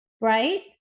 Right